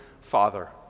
father